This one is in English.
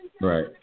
Right